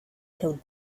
killed